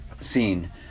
scene